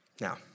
Now